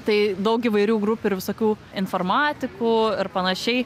tai daug įvairių grupių ir visokių informatikų ir panašiai